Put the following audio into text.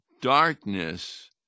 darkness